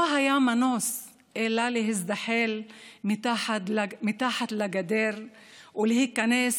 לא היה מנוס אלא להזדחל מתחת לגדר ולהיכנס